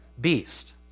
beast